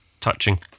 touching